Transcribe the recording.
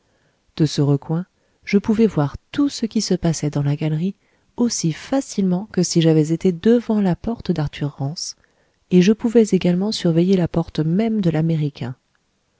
de ce recoin je pouvais voir tout ce qui se passait dans la galerie aussi facilement que si j'avais été devant la porte d'arthur rance et je pouvais également surveiller la porte même de